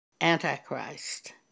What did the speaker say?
Antichrist